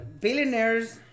billionaires